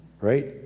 right